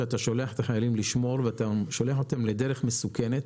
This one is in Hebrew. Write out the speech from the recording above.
שאתה שולח את החיילים לשמור ואתה שולח אותם לדרך מסוכנת,